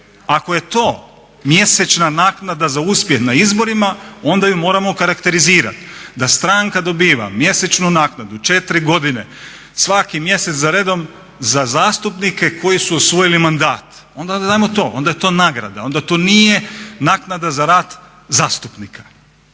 Ako je to mjesečna naknada za uspjeh na izborima onda ju moramo karakterizirati da stranka dobiva mjesečnu naknadu 4 godine svaki mjesec zaredom za zastupnike koji su osvojili mandat. Onda ajmo to, onda je to nagrada, onda to nije naknada za rad zastupnika.